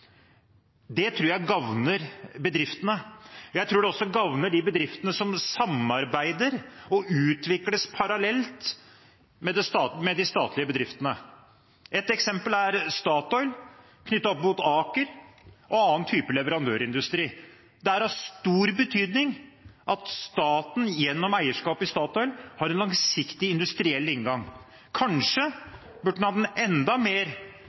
Det tror jeg gagner bedriftene. Jeg tror det også gagner de bedriftene som samarbeider og utvikles parallelt med de statlige bedriftene. Et eksempel er Statoil – knyttet opp mot Aker – og annen type leverandørindustri. Det er av stor betydning at staten gjennom eierskapet i Statoil har en langsiktig, industriell inngang. Kanskje burde en hatt en enda mer